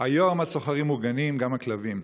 היום הסוחרים מוגנים, גם הכלבים,